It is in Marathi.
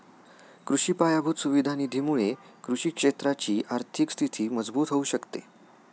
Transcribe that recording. कृषि पायाभूत सुविधा निधी मुळे कृषि क्षेत्राची आर्थिक स्थिती मजबूत होऊ शकते